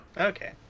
Okay